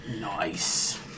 nice